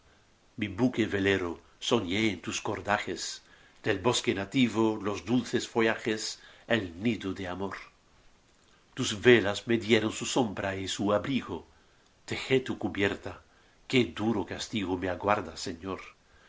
velero soñé en tus cordajes del bosque nativo los dulces follajes el nido de amor tus velas me dieron su pombra y su abrigo dejó tu cubierta qué duro castigo me aguarda señor